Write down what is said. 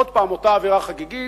עוד פעם אותה אווירה חגיגית,